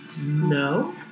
No